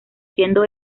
siendo